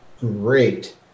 great